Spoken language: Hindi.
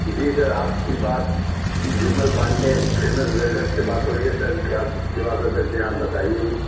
जी सर आपकी बात विमल पांडे फेमस वेल्डर से बात हो रही है सर क्या सेवा कर सकते हैं आप बताइये हमें